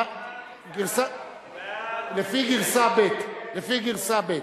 על-פי גרסה ב'.